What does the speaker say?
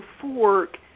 fork